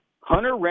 hunter